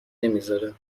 نمیذاره